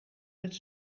met